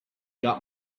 got